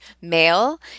male